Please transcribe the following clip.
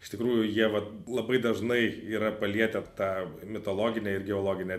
iš tikrųjų jie vat labai dažnai yra palietę tą mitologinę ir geologinę